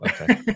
okay